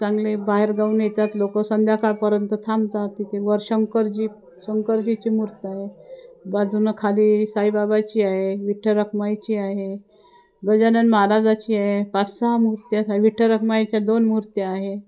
चांगले बाहेर गावाहून येतात लोक संध्याकाळपर्यंत थांबतात तिथे वर शंकरजी शंकरजीची मूर्त आहे बाजूनं खाली साईबाबाची आहे विठ्ठल रखमाईची आहे गजानन महाराजाची आहे पाच सहा मूर्त्या विठ्ठ रखमाईच्या दोन मूर्त्या आहे